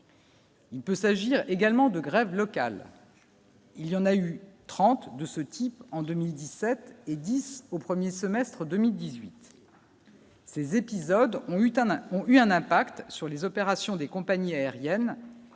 Il peut s'agir également de grèves locales. Il y en a eu 30 de ce type en 2017 et 10 au 1er semestre 2018. Ces épisodes ont eu n'ont eu un impact sur les opérations des compagnies aériennes